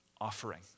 offering